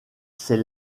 ses